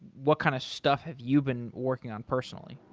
what kind of stuff have you been working on personally?